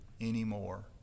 anymore